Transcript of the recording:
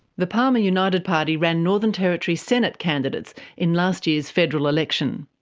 the palmer united party ran northern territory senate candidates in last year's federal election.